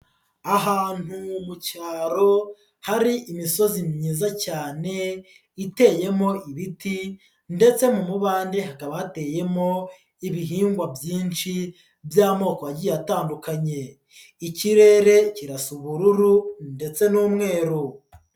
Ahantu mu cyaro hari imisozi myiza cyane iteyemo ibiti ndetse mumubande hakaba hateyemo ibihingwa byinshi by'amoko agiye atandukanye, ikirere kirasa ubururu ndetse n'umweru.